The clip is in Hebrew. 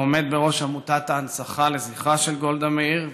העומד בראש עמותת ההנצחה לזכרה של גולדה מאיר,